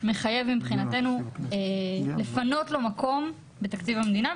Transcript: מחייב מבחינתנו לפנות לו מקום בתקציב המדינה,